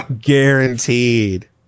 guaranteed